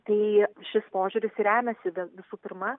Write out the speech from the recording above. tai šis požiūris remiasi visų pirma